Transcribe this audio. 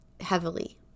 heavily